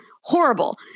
horrible